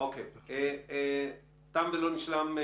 כאמור, תם ולא נשלם.